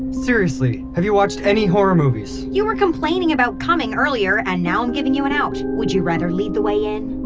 seriously, have you watched any horror movies? you were complaining about coming earlier, and now i'm giving you an out. would you rather lead the way in?